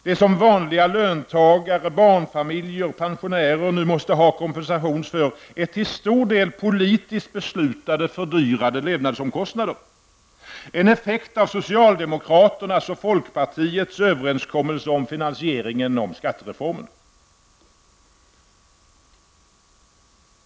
Det som vanliga löntagare, barnfamiljer och pensionärer nu måste ha kompensation för är till stor del politiskt beslutade och ökade levnadsomkostnader. Dessa är en effekt av socialdemokraternas och folkpartiets överenskommelse om finansieringen av skattereformen.